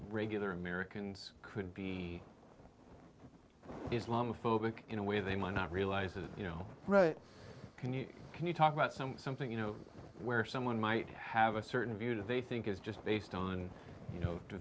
regular americans could be islamophobia in a way they might not realize it you know right can you can you talk about some something you know where someone might have a certain view that they think is just based on you know